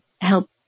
help